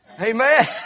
Amen